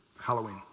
Halloween